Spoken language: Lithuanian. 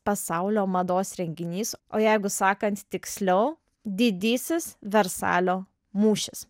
pasaulio mados renginys o jeigu sakant tiksliau didysis versalio mūšis